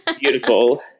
Beautiful